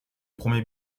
premier